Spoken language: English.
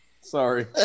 Sorry